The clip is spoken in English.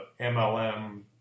MLM